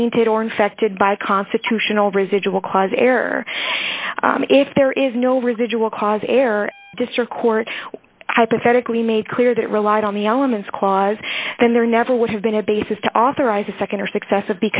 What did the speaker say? tainted or infected by constitutional residual clause error if there is no residual cause air district court hypothetically made clear that relied on the elements clause then there never would have been a basis to authorize a nd or successive